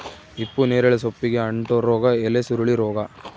ಹಿಪ್ಪುನೇರಳೆ ಸೊಪ್ಪಿಗೆ ಅಂಟೋ ರೋಗ ಎಲೆಸುರುಳಿ ರೋಗ